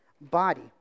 body